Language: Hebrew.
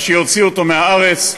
ושיוציאו אותו מהארץ,